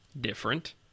different